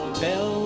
tell